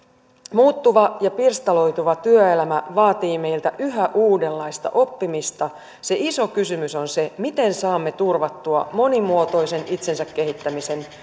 muuttuva ja pirstaloituva työelämä vaatii meiltä yhä uudenlaista oppimista se iso kysymys on se miten saamme turvattua monimuotoisen itsensä kehittämisen